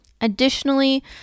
Additionally